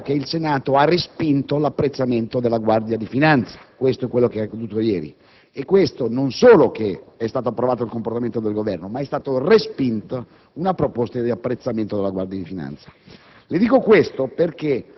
parole. Deve essere chiaro che il Senato ha respinto l'apprezzamento per la Guardia di finanza: questo è ciò che è avvenuto ieri. Dunque, non solo è stato approvato il comportamento del Governo, ma è stata anche respinta una proposta di apprezzamento della Guardia di finanza.